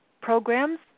programs